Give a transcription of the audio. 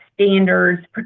standards